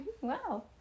Wow